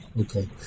Okay